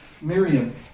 Miriam